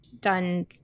done